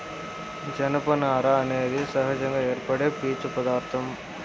జనపనార అనేది సహజంగా ఏర్పడే పీచు పదార్ధం